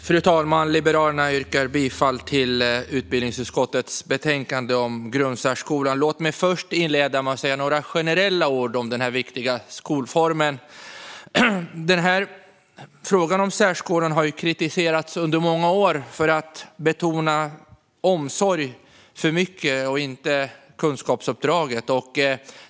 Fru talman! Liberalerna yrkar bifall till förslaget i utbildningsutskottets betänkande om grundsärskolan. Låt mig först inleda med att säga några generella ord om den här viktiga skolformen. Frågan om särskolan har kritiserats under många år för att betona omsorg för mycket, inte kunskapsuppdraget.